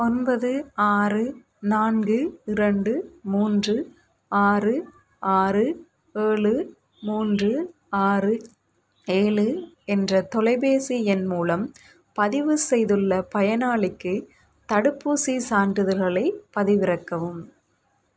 ஒன்பது ஆறு நான்கு இரண்டு மூன்று ஆறு ஆறு ஏழு மூன்று ஆறு ஏழு என்ற தொலைபேசி எண் மூலம் பதிவு செய்துள்ள பயனாளிக்கு தடுப்பூசிச் சான்றிதழ்களைப் பதிவிறக்கவும்